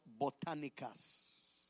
Botanicas